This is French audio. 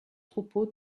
troupeaux